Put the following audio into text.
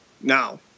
Now